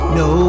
no